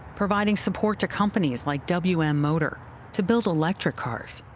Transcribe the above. providing support to companies like wm motor to build electric cars.